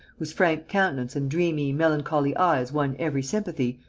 whose frank countenance and dreamy, melancholy eyes won every sympathy,